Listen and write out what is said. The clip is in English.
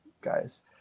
guys